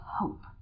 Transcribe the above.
hope